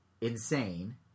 insane